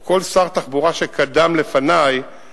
או כל שר תחבורה שקדם לי,